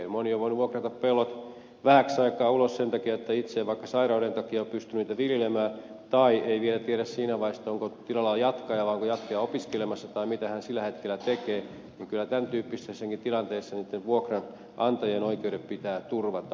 kun moni on voinut vuokrata pellot vähäksi aikaa ulos sen takia että itse ei vaikka sairauden takia ole pystynyt niitä viljelemään tai ei vielä tiedä siinä vaiheessa onko tilalla jatkajaa vai onko jatkaja opiskelemassa tai mitä hän sillä hetkellä tekee niin kyllä tämän tyyppisessäkin tilanteessa niitten vuokranantajien oikeudet pitää turvata